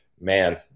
man